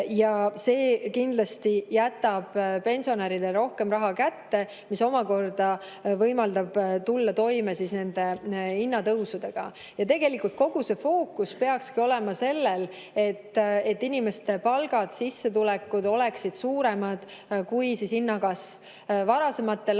See kindlasti jätab pensionäridele rohkem raha kätte, mis võimaldab tulla toime nende hinnatõusudega. Tegelikult kogu fookus peakski olema sellel, et inimeste palgad, sissetulekud oleksid suuremad kui hinnakasv. Varasematel aastatel